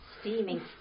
Steaming